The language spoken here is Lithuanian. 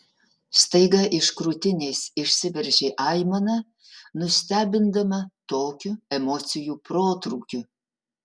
staiga iš krūtinės išsiveržė aimana nustebindama tokiu emocijų protrūkiu